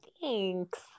Thanks